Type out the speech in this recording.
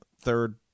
third